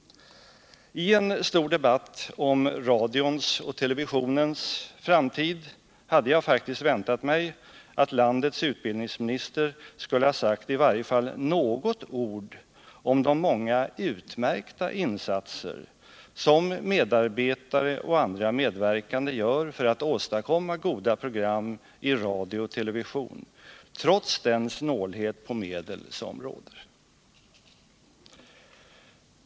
I en stor debatt om radions och televisionens framtid hade jag faktiskt väntat mig att landets utbildningsminister skulle ha sagt i varje fall något ord om de många utmärkta insatser som medarbetare och andra medverkande gör för att åstadkomma goda program i radio och television, trots den snålhet på medel som råder.